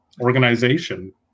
organization